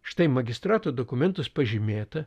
štai magistrato dokumentuos pažymėta